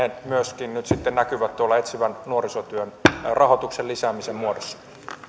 myöskin nyt näkyy etsivän nuorisotyön rahoituksen lisäämisen muodossa